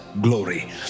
glory